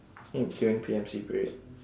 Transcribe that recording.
mm during P_M_C period